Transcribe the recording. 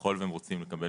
ככל שהם רוצים לקבל